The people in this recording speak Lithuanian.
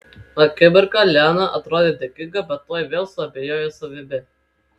akimirką liana atrodė dėkinga bet tuoj vėl suabejojo savimi